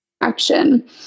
action